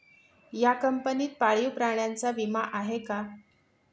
या कंपनीत पाळीव प्राण्यांसाठी विमा आहे का?